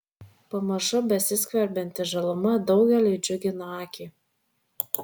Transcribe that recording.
pamažu besiskverbianti žaluma daugeliui džiugina akį